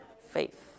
faith